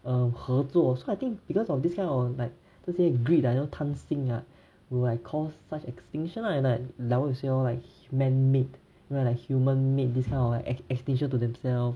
err 合作 so I think because of this kind of like 这些 greed you know 贪心啊 will like cause such extinction lah it's like what you say lor man-made you know like human made this kind of like ex~ extinction to themselves